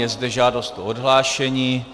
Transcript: Je zde žádost o odhlášení.